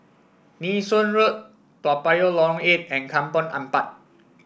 Nee Soon Road Toa Payoh Lorong Eight and Kampong Ampat